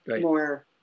more